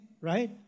right